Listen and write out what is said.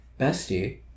Bestie